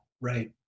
right